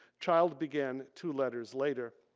child began two letters later.